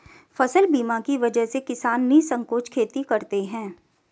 फसल बीमा की वजह से किसान निःसंकोच खेती करते हैं